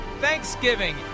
Thanksgiving